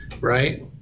right